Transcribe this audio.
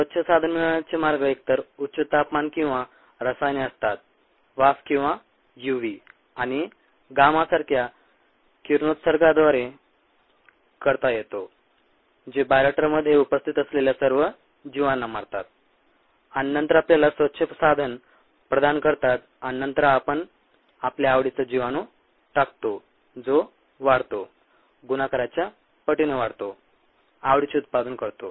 स्वच्छ साधन मिळवण्याचे मार्ग एकतर उच्च तापमान किंवा रसायने असतात वाफ किंवा यूव्ही आणि गामा सारख्या किरणोत्सर्गाद्वारे करता येतो जे बायोरिएक्टरमध्ये उपस्थित असलेल्या सर्व जीवांना मारतात आणि नंतर आपल्याला स्वच्छ साधन प्रदान करतात आणि नंतर आपण आपल्या आवडीचा जीवाणू टाकतो जो वाढतो गुणाकाराच्या पटीने वाढतो आवडीचे उत्पादन करतो